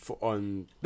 on